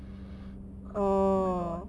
my god